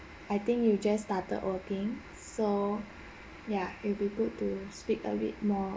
I think you just started working so ya it will be good to speak a bit more